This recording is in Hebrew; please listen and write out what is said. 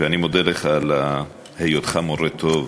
אני מודה לך על היותך מורה טוב.